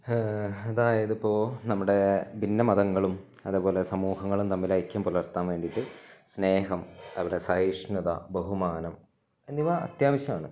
അതായത് ഇപ്പോള് നമ്മുടെ ഭിന്നമതങ്ങളും അതേപോലെ സമൂഹങ്ങളും തമ്മില് ഐക്യം പുലർത്താൻ വേണ്ടിയിട്ട് സ്നേഹം അതുപോലെ സഹിഷ്ണുത ബഹുമാനം എന്നിവ അത്യാവശ്യമാണ്